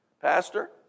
Pastor